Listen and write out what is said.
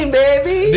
baby